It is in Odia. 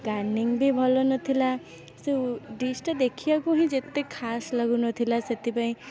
ଗାନିଙ୍ଗ୍ ବି ଭଲ ନଥିଲା ସେ ଉ ଡିସ୍ଟା ଦେଖିବାକୁ ହିଁ ଏତେ ଖାସ୍ ଲାଗୁନଥଲା ସେଥିପାଇଁ